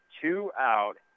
two-out